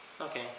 okay